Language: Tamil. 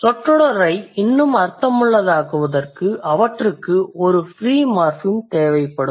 சொற்றொடரை இன்னும் அர்த்தமுள்ளதாக்குவதற்கு அவற்றுக்கு ஒரு ஃப்ரீ மார்ஃபிம் தேவைப்படும்